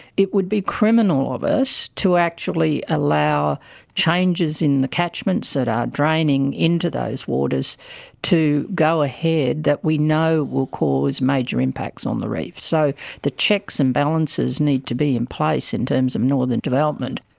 it would be criminal of us to actually allow changes in the catchments that are draining into those waters to go ahead that we know will cause major impacts on the reef. so the checks and balances need to be in place in terms of northern development.